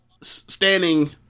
standing